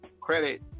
credit